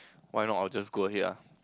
why not I'll just go ahead ah